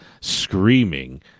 screaming